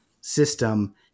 system